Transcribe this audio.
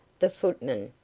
the footman,